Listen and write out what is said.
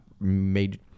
made